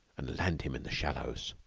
and land him in the shallows.